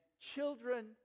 children